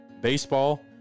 baseball